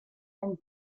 and